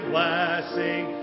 Blessing